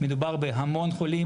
מדובר בהמון חולים,